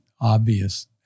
obvious